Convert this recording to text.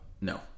No